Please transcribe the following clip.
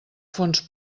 fonts